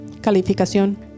Calificación